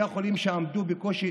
בתי החולים שעמדו בקושי